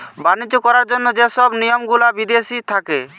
বাণিজ্য করার জন্য যে সব নিয়ম গুলা বিদেশি থাকে